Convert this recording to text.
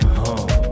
home